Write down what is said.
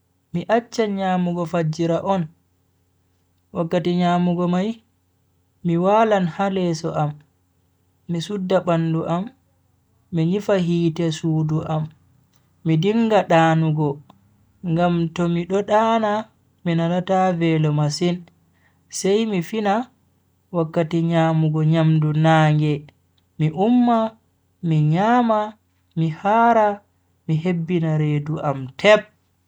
Mi acchan nyamugo fajjira on wakkati nyamugo mai mi walan ha leso am mi sudda bandu am mi nyifa hite sudu am mi dinga danugo ngam to mido dana mi nanata velo masin sai mi fina wakkati nyamugo nyamdu nange mi umma mi nyama mi hara mi hebbina redu am tep.